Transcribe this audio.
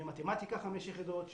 במתמטיקה 5 יחידות,